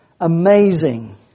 amazing